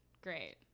Great